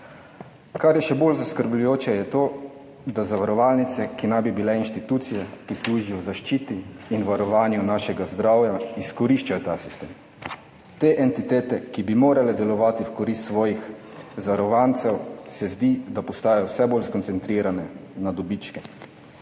Kar je še bolj zaskrbljujoče, je to, da zavarovalnice, ki naj bi bile institucije, ki služijo zaščiti in varovanju našega zdravja, izkoriščajo ta sistem. Te entitete, ki bi morale delovati v korist svojih zavarovancev, se zdi, da postajajo vse bolj skoncentrirane na dobičke.